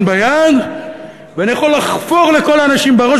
ביד ואני יכול לחפור לכל האנשים בראש,